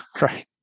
right